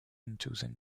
into